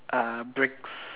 uh bricks